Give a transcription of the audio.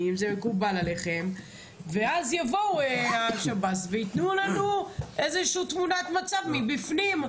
אז יבואו השב"ס ויתנו לנו איזו תמונת מצב מבפנים.